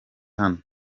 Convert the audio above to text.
hano